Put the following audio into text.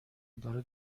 داره